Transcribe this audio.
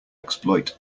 exploit